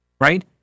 right